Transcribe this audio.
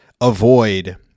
avoid